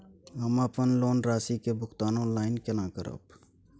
हम अपन लोन राशि के भुगतान ऑनलाइन केने करब?